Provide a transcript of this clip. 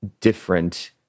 different